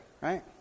Right